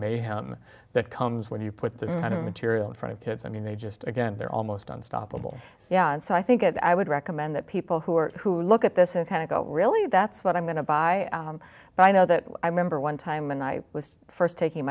mayhem that comes when you put this kind of material in front of kids i mean they just again they're almost unstoppable yeah and so i think that i would recommend that people who are who look at this in kind of go really that's what i'm going to buy but i know that i remember one time when i was first taking